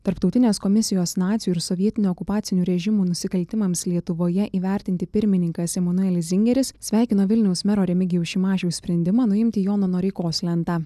tarptautinės komisijos nacių ir sovietinių okupacinių režimų nusikaltimams lietuvoje įvertinti pirmininkas emanuelis zingeris sveikina vilniaus mero remigijaus šimašiaus sprendimą nuimti jono noreikos lentą